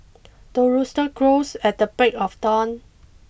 the rooster crows at the break of dawn